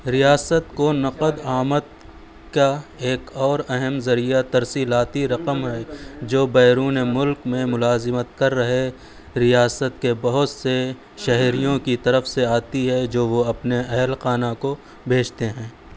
ریاست کو نقد آمد کا ایک اور اہم ذریعہ ترسیلاتی رقم ہے جو بیرون ملک میں ملازمت کر رہے ریاست کے بہت سے شہریوں کی طرف سے آتی ہے جو وہ اپنے اہل خانہ کو بھیجتے ہیں